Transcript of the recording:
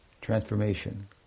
transformation